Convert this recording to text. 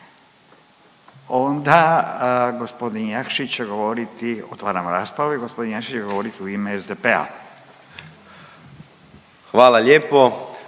Onda g. Jakšić će govoriti, otvaram raspravu i g. Jakšić će govoriti u ime SDP-a. **Jakšić,